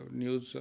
news